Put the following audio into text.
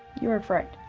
you're afraid.